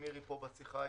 אם מירי פה בזום היא